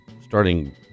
starting